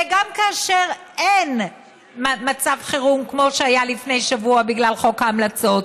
וגם כאשר אין מצב חירום כמו שהיה לפני שבוע בגלל חוק ההמלצות,